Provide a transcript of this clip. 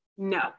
No